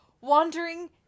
wandering